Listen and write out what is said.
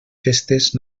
festes